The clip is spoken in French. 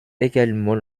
également